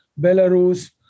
Belarus